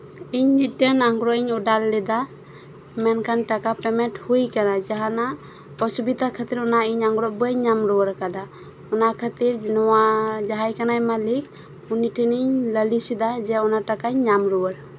ᱤᱧ ᱢᱤᱫᱴᱮᱱ ᱟᱸᱜᱨᱚᱵ ᱤᱧ ᱚᱰᱟᱨ ᱞᱮᱫᱟ ᱢᱮᱱᱠᱷᱟᱱ ᱴᱟᱠᱟ ᱯᱮᱢᱮᱱᱴ ᱦᱩᱭᱟᱠᱟᱱᱟ ᱡᱟᱦᱟᱱᱟᱜ ᱚᱥᱩᱵᱤᱫᱷᱟ ᱠᱷᱟᱹᱛᱤᱨ ᱚᱱᱟ ᱤᱧᱟᱹᱜ ᱟᱝᱨᱚᱵ ᱵᱟᱹᱧ ᱧᱟᱢ ᱨᱩᱣᱟᱹᱲ ᱟᱠᱟᱫᱟ ᱚᱱᱟ ᱠᱷᱟᱹᱛᱤᱨ ᱡᱟᱦᱟᱸᱭ ᱠᱟᱱᱟᱭ ᱢᱟᱹᱞᱤᱠ ᱩᱱᱤᱴᱷᱮᱱᱤᱧ ᱞᱟᱹᱞᱤᱥ ᱮᱫᱟ ᱡᱮ ᱚᱱᱟ ᱴᱟᱠᱟᱧ ᱧᱟᱢ ᱨᱩᱣᱟᱹᱲ